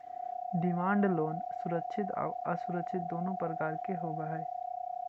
demand loan सुरक्षित आउ असुरक्षित दुनों प्रकार के होवऽ हइ